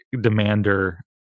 demander